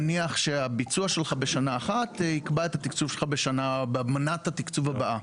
נניח שהביצוע שלך בשנה אחת יקבע את מנת התקצוב הבאה.